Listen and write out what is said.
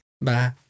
Bye